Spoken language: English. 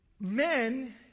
Men